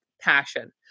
passion